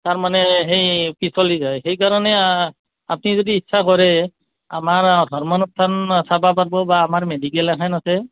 তাৰমানে সেই পিছলি যায় সেইকাৰণে আপুনি যদি ইচ্ছা কৰে আমাৰ ধৰ্ম অনুষ্ঠান চাব পাৰিব বা আমাৰ মেডিকেল এখন আছে